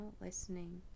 listening